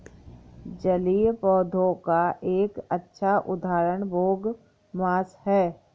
जलीय पौधों का एक अच्छा उदाहरण बोगमास है